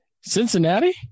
Cincinnati